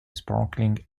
sparkling